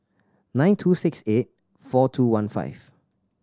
nine two six eight four two one five